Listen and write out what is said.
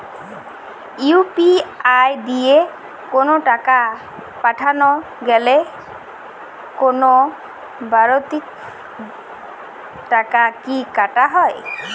UPI দিয়ে কোন টাকা পাঠাতে গেলে কোন বারতি টাকা কি কাটা হয়?